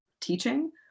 teaching